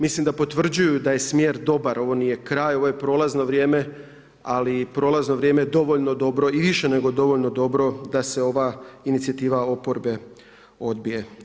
Mislim da potvrđuju da je smjer dobar, ovo nije kraj, ovo je prolazno vrijeme ali prolazno vrijeme dovoljno dobro i više nego dovoljno dobro da se ova inicijativa oporbe odbije.